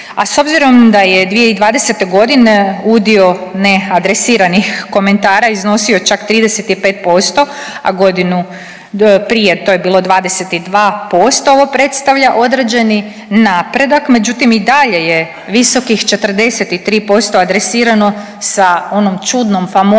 A s obzirom da je 2020. godine udio neadresiranih komentara iznosio čak 35%, a godinu prije to je bilo 22% ovo predstavlja određeni napredak međutim i dalje je visokih 43% adresirano sa onom čudnom, famoznom